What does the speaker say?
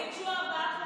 זה לא נכון.